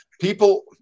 people